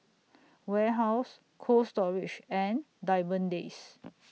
Warehouse Cold Storage and Diamond Days